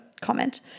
comment